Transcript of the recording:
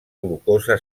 glucosa